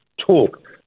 talk